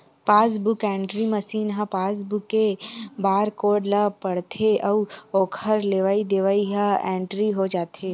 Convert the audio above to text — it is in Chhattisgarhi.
पासबूक एंटरी मसीन ह पासबूक के बारकोड ल पड़थे अउ ओखर लेवई देवई ह इंटरी हो जाथे